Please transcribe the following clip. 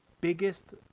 biggest